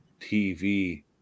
TV